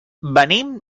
venim